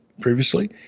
previously